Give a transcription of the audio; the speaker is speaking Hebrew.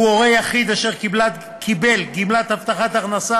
הוא הורה יחיד אשר קיבל גמלת הבטחת הכנסה